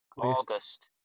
August